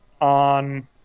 on